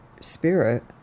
spirit